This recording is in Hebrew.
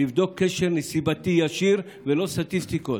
לבדוק קשר נסיבתי ישיר ולא סטטיסטיקות.